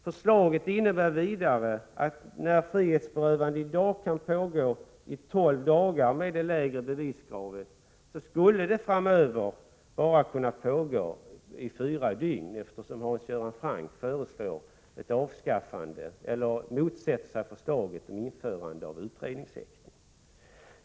Förslaget innebär vidare att medan frihetsberövande i dag kan pågå i tolv dagar med det lägre beviskravet, skulle det framöver bara kunna pågå i fyra dygn, eftersom Hans Göran Franck motsätter sig förslaget om införande av utredningshäktning.